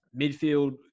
Midfield